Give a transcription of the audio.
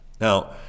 Now